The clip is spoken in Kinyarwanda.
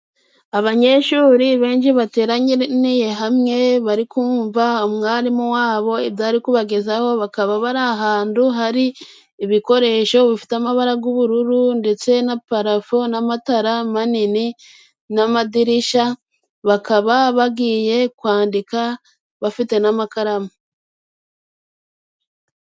Abanyeshuri benshi bateraniye hamwe bari kumva umwarimu wabo ibyo ari kubagezaho. Bakaba bari ahandu hari ibikoresho bifite amabara y'ubururu, ndetse na parafo, n'amatara manini, n'amadirisha. Bakaba bagiye kwandika bafite n'amakaramu.